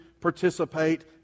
participate